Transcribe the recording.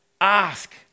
Ask